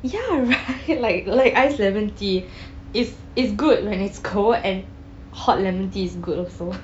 ya right like like ice lemon tea is is good when it's cold and hot lemon tea is good also